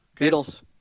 Beatles